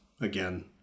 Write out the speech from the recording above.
again